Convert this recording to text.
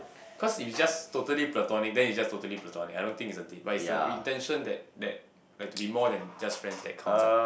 cause if it's just totally platonic then it's just totally platonic I don't think it's a date but it's the intention that that must be more than just friends that counts ah